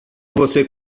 você